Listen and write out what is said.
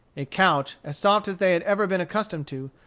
a couch, as soft as they had ever been accustomed to,